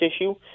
issue